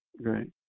Right